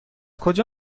کجا